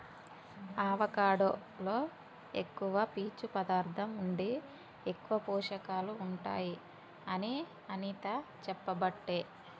avocado లో ఎక్కువ పీచు పదార్ధం ఉండి ఎక్కువ పోషకాలు ఉంటాయి అని అనిత చెప్పబట్టే